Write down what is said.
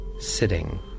sitting